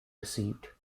received